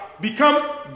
become